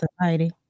society